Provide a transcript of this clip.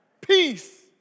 peace